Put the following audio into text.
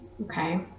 okay